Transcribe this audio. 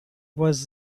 was